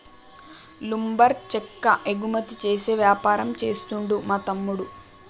lumber చెక్క ఎగుమతి చేసే వ్యాపారం చేస్తుండు మా తమ్ముడు